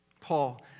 Paul